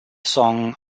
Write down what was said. song